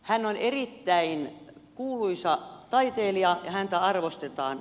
hän on erittäin kuuluisa taiteilija ja häntä arvostetaan